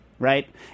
Right